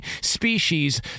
species